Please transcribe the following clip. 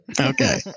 Okay